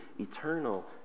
eternal